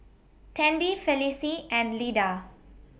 Tandy Felicie and Lida